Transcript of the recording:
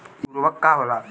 इ उर्वरक का होला?